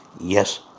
yes